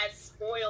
spoiled